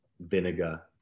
vinegar